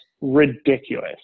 ridiculous